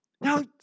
Now